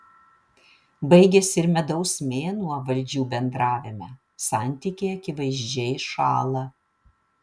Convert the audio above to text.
baigiasi ir medaus mėnuo valdžių bendravime santykiai akivaizdžiai šąla